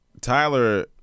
Tyler